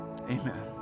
Amen